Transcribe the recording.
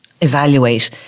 evaluate